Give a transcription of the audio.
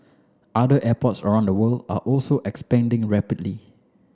other airports around the world are also expanding rapidly